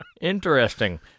interesting